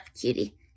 cutie